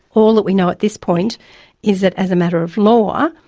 all that we know at this point is that as a matter of law,